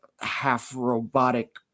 half-robotic